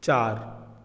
चार